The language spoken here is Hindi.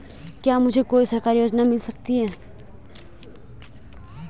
क्या मुझे कोई सरकारी योजना मिल सकती है?